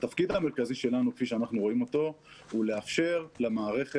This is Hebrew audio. התפקיד המרכזי שלנו כפי שאנחנו רואים אותו הוא לאפשר למערכת